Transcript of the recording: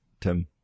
tim